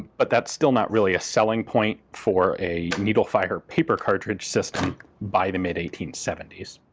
but that's still not really a selling point for a needle-fire paper cartridge system by the mid eighteen seventy s.